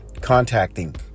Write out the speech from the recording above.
contacting